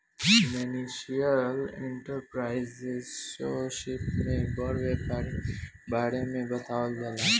millennial entrepreneurship में बड़ व्यापारी के बारे में बतावल जाला